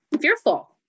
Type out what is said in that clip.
fearful